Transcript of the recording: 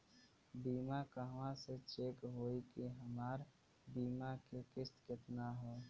बीमा कहवा से चेक होयी की हमार बीमा के किस्त केतना ह?